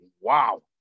wow